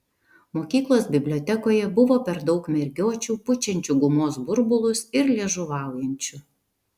mokyklos bibliotekoje buvo per daug mergiočių pučiančių gumos burbulus ir liežuvaujančių